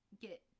get